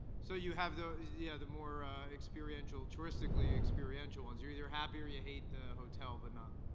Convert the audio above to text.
so you have the yeah the more experiential, touristically experiential ones. you're either happy or you hate the hotel but not.